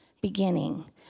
beginning